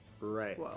Right